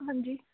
ਹਾਂਜੀ